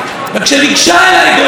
וכשניגשה אליי גויה,